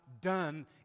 done